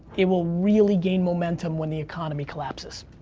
it will really gain momentum when the economy collapses.